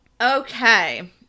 Okay